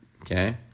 Okay